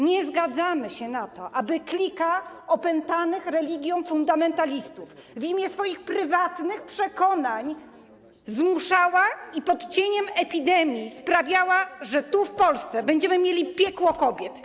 Nie zgadzamy się na to, aby klika opętanych religią fundamentalistów w imię swoich prywatnych przekonań zmuszała i pod cieniem epidemii sprawiała, że tu, w Polsce, będziemy mieli piekło kobiet.